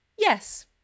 Yes